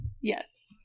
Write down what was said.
Yes